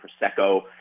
Prosecco